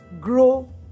grow